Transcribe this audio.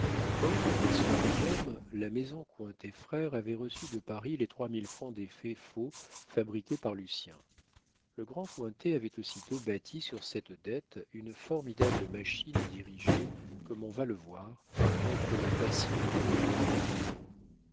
or dans la soirée même la maison cointet frères avait reçu de paris les trois mille francs d'effets faux fabriqués par lucien le grand cointet avait aussitôt bâti sur cette dette une formidable machine dirigée comme on va le voir contre le patient et pauvre inventeur